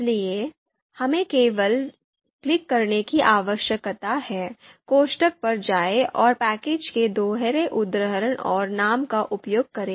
इसलिए हमें केवल क्लिक करने की आवश्यकता है कोष्ठक पर जाएं और पैकेज के दोहरे उद्धरण और नाम का उपयोग करें